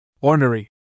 Ornery